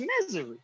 misery